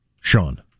Sean